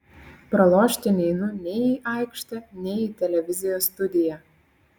pralošti neinu nei į aikštę nei į televizijos studiją